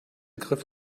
griff